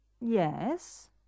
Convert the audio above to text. Yes